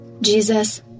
Jesus